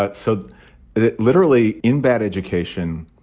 but so it literally in bad education,